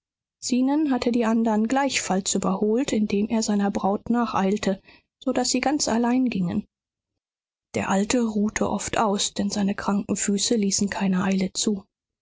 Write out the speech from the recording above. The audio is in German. zenon hatte die andern gleichfalls überholt indem er seiner braut nacheilte so daß sie ganz allein gingen der alte ruhte oft aus denn seine kranken füße ließen keine eile zu